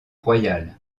royale